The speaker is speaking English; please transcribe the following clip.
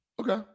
Okay